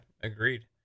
agreed